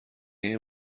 این